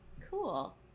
Cool